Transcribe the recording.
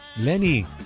Lenny